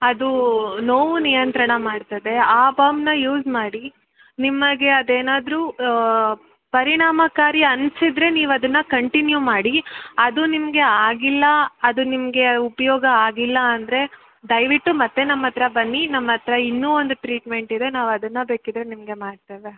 ಅದು ನೋವು ನಿಯಂತ್ರಣ ಮಾಡ್ತದೆ ಆ ಬಾಮನ್ನ ಯೂಸ್ ಮಾಡಿ ನಿಮಗೆ ಅದೇನಾದರೂ ಪರಿಣಾಮಕಾರಿ ಅನಿಸಿದ್ರೆ ನೀವು ಅದನ್ನು ಕಂಟಿನ್ಯೂ ಮಾಡಿ ಅದು ನಿಮಗೆ ಆಗಿಲ್ಲ ಅದು ನಿಮಗೆ ಉಪಯೋಗ ಆಗಿಲ್ಲ ಅಂದರೆ ದಯವಿಟ್ಟು ಮತ್ತೆ ನಮ್ಮ ಹತ್ರ ಬನ್ನಿ ನಮ್ಮ ಹತ್ರ ಇನ್ನೂ ಒಂದು ಟ್ರೀಟ್ಮೆಂಟ್ ಇದೆ ನಾವು ಅದನ್ನ ಬೇಕಿದ್ದರೆ ನಿಮಗೆ ಮಾಡ್ತೇವೆ